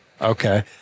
Okay